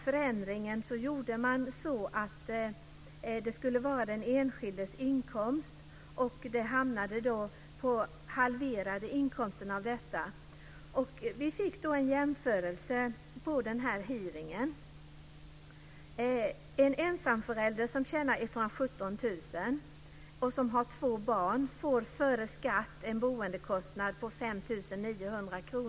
Förändringen innebar att bidraget utbetalades på grundval av den enskildes inkomst, vilket medförde en halvering av bidragen. Vid hearingen lämnades följande exempel. En ensamförälder som tjänar 117 000 kr och som har två barn får före skatt en boendekostnad om 5 900 kr.